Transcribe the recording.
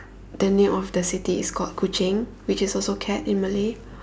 the name of the city is called Kuching which is also cat in Malay